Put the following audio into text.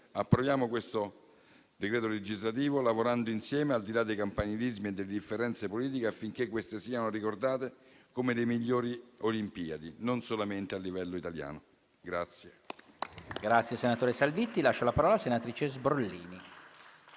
Approviamo questo decreto-legge lavorando insieme, al di là dei campanilismi e delle differenze politiche, affinché queste siano ricordate come le migliori Olimpiadi, non solamente a livello italiano.